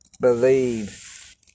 believe